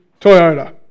Toyota